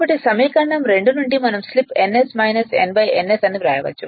కాబట్టి సమీకరణం 2 నుండి మనం స్లిప్ ns n ns అని వ్రాయవచ్చు